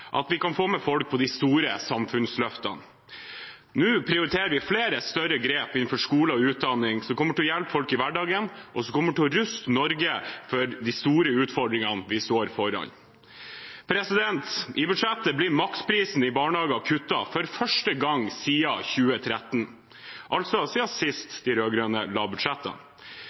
at vi kan få med folk på de store samfunnsløftene. Nå prioriterer vi flere større grep innenfor skole og utdanning som kommer til å hjelpe folk i hverdagen, og som kommer til å ruste Norge for de store utfordringene vi står foran. I budsjettet blir maksprisen i barnehager kuttet for første gang siden 2013, altså siden sist de